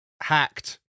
hacked